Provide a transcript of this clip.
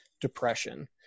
depression